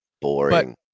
Boring